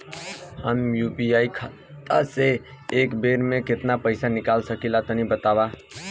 हम यू.पी.आई खाता से एक बेर म केतना पइसा निकाल सकिला तनि बतावा?